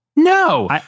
No